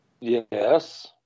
Yes